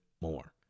More